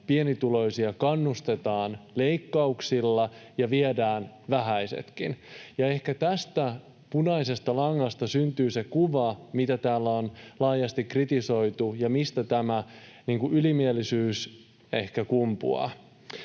pienituloisia kannustetaan leikkauksilla ja viedään vähäisetkin. Ehkä tästä punaisesta langasta syntyy se kuva, mitä täällä on laajasti kritisoitu ja mistä tämä ylimielisyys ehkä kumpuaa.